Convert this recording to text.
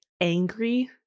angry